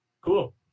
Cool